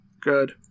Good